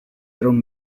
iron